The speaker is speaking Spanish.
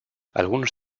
algunos